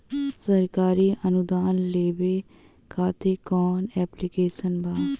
सरकारी अनुदान लेबे खातिर कवन ऐप्लिकेशन बा?